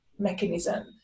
Mechanism